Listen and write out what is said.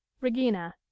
regina